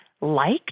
liked